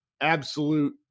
absolute